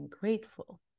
grateful